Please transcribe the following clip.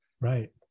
Right